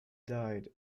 died